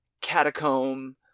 catacomb